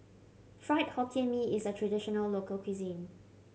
Fried Hokkien Mee is a traditional local cuisine